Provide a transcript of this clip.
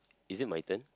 is it my turn